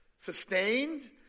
sustained